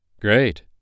Great